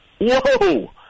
Whoa